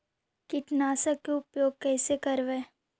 कीटनाशक के उपयोग कैसे करबइ?